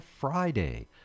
Friday